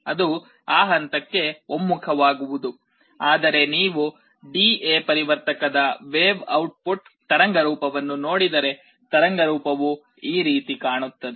ಅದು ಆ ಹಂತಕ್ಕೆ ಒಮ್ಮುಖವಾಗುವುದು ಆದರೆ ನೀವು ಡಿ ಎ ಪರಿವರ್ತಕದ ವೇವ ಔಟ್ಪುಟ್ ತರಂಗರೂಪವನ್ನು ನೋಡಿದರೆ ತರಂಗರೂಪವು ಈ ರೀತಿ ಕಾಣುತ್ತದೆ